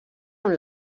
amb